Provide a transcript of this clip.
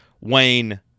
Wayne